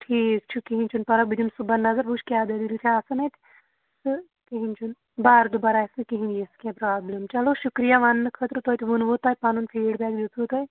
ٹھیٖک چھُ کِہیٖنٛۍ چھُنہٕ پَرواے بہٕ دِمہٕ صُبحن نظر بہٕ وٕچھ کیٛاہ دٔلیٖل چھِ آسان اَتہِ تہٕ کِہیٖنۍ چھُنہٕ بار دُبار آسہِ نہٕ کِہیٖنۍ یژھ کیٚنٛہہ پرٛابلِم چلو شُکریہ وَننہٕ خٲطرٕ توتہِ ووٚنوٕ تۄہہِ پَنُن فیٖڈ بیک دیُتوٕ تۄہہِ